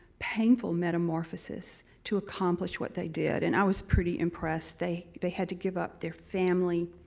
painful metamorphosis to accomplish what they did. and i was pretty impressed. they they had to give up their family,